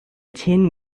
tin